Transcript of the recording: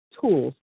tools